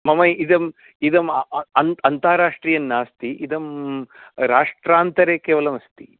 मम इदम् इदम् अन् अन्तर्राष्ट्रीयन्नास्ति इदं राष्ट्रान्तरे केवलमस्ति